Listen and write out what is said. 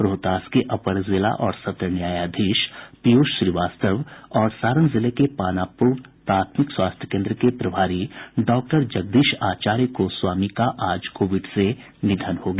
रोहतास के अपर जिला और सत्र न्यायाधीश पीयूष श्रीवास्तव और सारण जिले के पानापुर प्राथमिक स्वास्थ्य केन्द्र के प्रभारी डॉक्टर जगदीश आचार्य गोस्वामी का आज कोविड से निधन हो गया